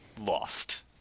lost